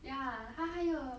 ya 她还有